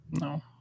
no